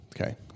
Okay